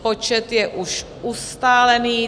Počet je ustálený.